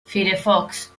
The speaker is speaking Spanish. firefox